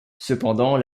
cependant